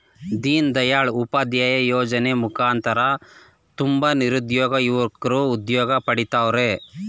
ದೀನ್ ದಯಾಳ್ ಉಪಾಧ್ಯಾಯ ಯೋಜನೆ ಮುಖಾಂತರ ತುಂಬ ನಿರುದ್ಯೋಗ ಯುವಕ್ರು ಉದ್ಯೋಗ ಪಡಿತವರ್ರೆ